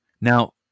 Now